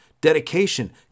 Dedication